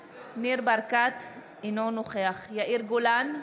ברקת, אינו נוכח יאיר גולן,